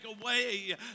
away